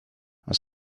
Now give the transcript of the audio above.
oes